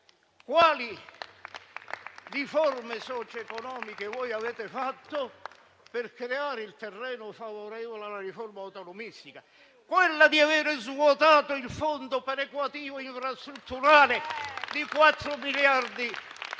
Quali riforme socio-economiche voi avete fatto per creare il terreno favorevole alla riforma autonomistica? Quella di aver svuotato il fondo perequativo infrastrutturale di 4,7 miliardi. Nello